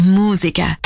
musica